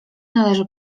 należy